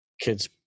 Kids